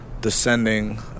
descending